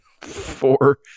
Four